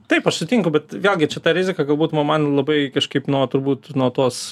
taip aš sutinku bet vėlgi čia ta rizika galbūt ma man labai kažkaip nuo turbūt nuo tos